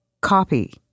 copy